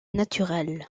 naturel